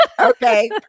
Okay